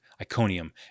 Iconium